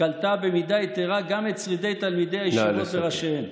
קלטה במידה יתרה גם את שרידי תלמידי הישיבות וראשיהן".